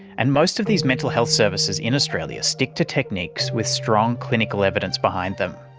and most of these mental health services in australia stick to techniques with strong clinical evidence behind them.